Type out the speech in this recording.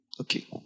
Okay